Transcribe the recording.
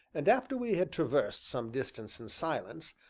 and after we had traversed some distance in silence,